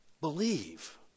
believe